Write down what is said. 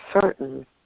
certain